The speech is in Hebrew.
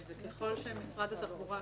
ככל שמשרד התחבורה,